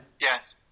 Yes